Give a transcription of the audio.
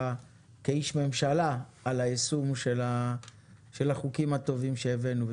כאיש ממשלה על היישום של החוקים הטובים שהבאנו.